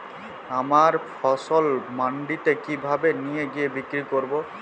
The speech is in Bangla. আমার ফসল মান্ডিতে কিভাবে নিয়ে গিয়ে বিক্রি করব?